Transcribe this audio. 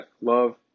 Love